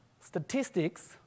Statistics